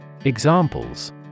Examples